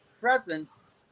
presence